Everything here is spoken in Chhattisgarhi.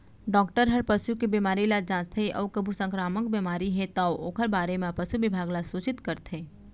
डॉक्टर हर पसू के बेमारी ल जांचथे अउ कभू संकरामक बेमारी हे तौ ओकर बारे म पसु बिभाग ल सूचित करथे